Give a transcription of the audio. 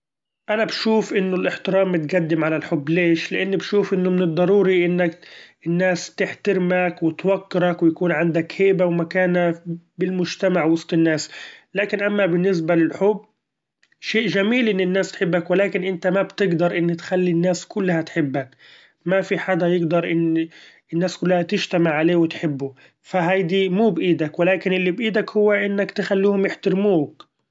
أنا بشوف إنه الاحترام متقدم على الحب ليش؟ لإن بشوف إنه من الضروري إنك الناس تحترمك وتوقرك ويكون عندك هيبة ومكانة بالمچتمع وسط الناس ، لكن اما بالنسبة للحب شئ چميل إن الناس تحبك ولكن إنت ما بتقدر إن تخلي الناس كلها تحبك ما في حدا يقدر إن الناس كلها تچتمع عليه وتحبه ، ف هيدي مو بإيدك ولكن اللي بإيدك هو إنك تخلوهم يحترموك.